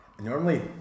normally